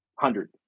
hundred